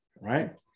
right